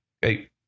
hey